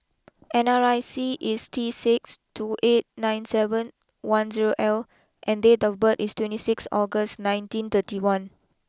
N R I C is T six two eight nine seven one zero L and date of birth is twenty six August nineteen thirty one